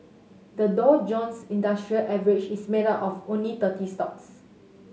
the Dow Jones Industrial Average is made up of only thirty stocks